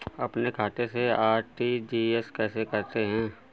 अपने खाते से आर.टी.जी.एस कैसे करते हैं?